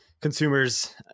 consumers